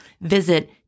Visit